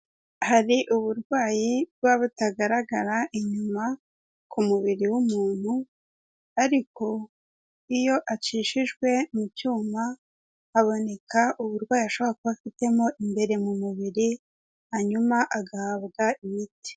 Hari uburwayi buba butagaragara inyuma ku mubiri w'umuntu ariko iyo acishijwe mu cyuma haboneka uburwayi ashoboka afitemo imbere mu mubiri, hanyuma agahabwa imiti.